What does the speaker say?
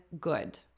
good